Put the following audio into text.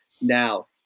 now